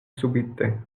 subite